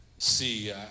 see